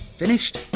Finished